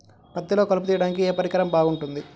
పత్తిలో కలుపు తీయడానికి ఏ పరికరం బాగుంటుంది?